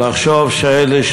ולחשוב שאלה,